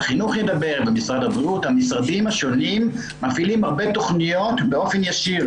המשרדים השונים מפעילים הרבה תכניות באופן ישיר,